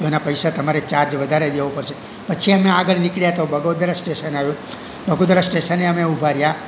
તો એના પૈસા તમારે ચાર્જ વધારે દેવો પડશે પછી અમે આગળ નીકળ્યા તો બગોદરા સ્ટેશન આવ્યું બગોદરા સ્ટેશને અમે ઊભા રહ્યા